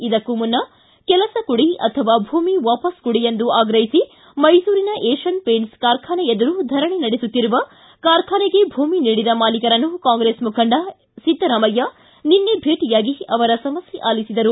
ಇದಕ್ಕೂ ಮುನ್ನ ಕೆಲಸ ಕೊಡಿ ಅಥವಾ ಭೂಮಿ ವಾಪಸ್ ಕೊಡಿ ಎಂದು ಆಗ್ರಹಿಸಿ ಮೈಸೂರಿನ ಏಷ್ಣನ್ ಪೇಂಟ್ಸ್ ಕಾರ್ಖಾನೆ ಎದುರು ಧರಣಿ ನಡೆಸುತ್ತಿರುವ ಕಾರ್ಖಾನೆಗೆ ಭೂಮಿ ನೀಡಿದ ಮಾಲೀಕರನ್ನು ಕಾಂಗ್ರೆಸ್ ಮುಖಂಡ ಸಿದ್ದರಾಮಯ್ಯ ನಿನ್ನೆ ಭೇಟಿಯಾಗಿ ಅವರ ಸಮಸ್ನೆ ಆಲಿಸಿದರು